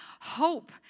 hope